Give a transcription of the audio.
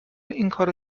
اینکارو